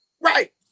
right